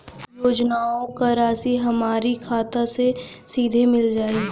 योजनाओं का राशि हमारी खाता मे सीधा मिल जाई?